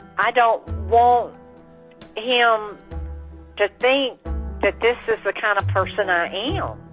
i don't want him to think that this is the kind of person i am.